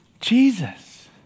Jesus